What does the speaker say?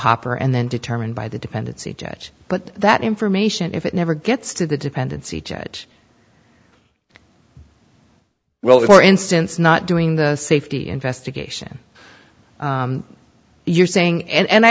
hopper and then determined by the dependency jet but that information if it never gets to the dependency judge well for instance not doing the safety investigation you're saying and